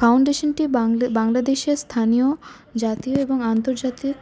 ফাউন্ডেশানটি বাংলাদেশের স্থানীয় জাতীয় এবং আন্তর্জাতিক